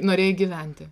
norėjai gyventi